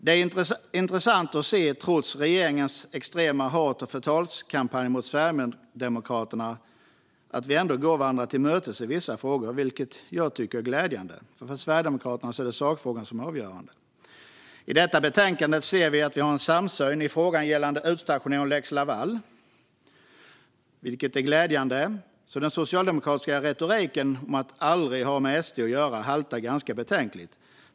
Det är intressant att se, trots regeringens extrema hat och förtalskampanjer mot Sverigedemokraterna, att vi ändå går varandra till mötes i vissa frågor. Det tycker jag är glädjande. För Sverigedemokraterna är det nämligen sakfrågorna som är avgörande. I detta betänkande ser vi att vi har en samsyn i frågan gällande utstationering och lex Laval, vilket är glädjande. Den socialdemokratiska retoriken om att aldrig ha med SD att göra haltar alltså ganska betänkligt.